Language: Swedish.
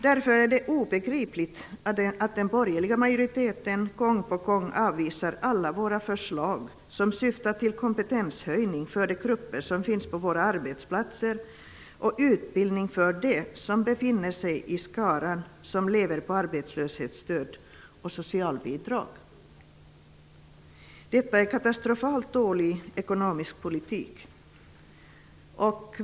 Därför är det obegripligt att den borgerliga majoriteten gång på gång avvisar alla våra förslag som syftar till kompetenshöjning för de grupper som finns på våra arbetsplatser och utbildning för dem som befinner i den skara som lever på arbetslöshetsstöd och socialbidrag. Detta är en katastrofalt dålig ekonomisk politik.